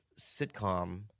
sitcom